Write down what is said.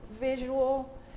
visual